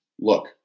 look